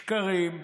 שקרים.